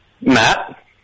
Matt